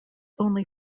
only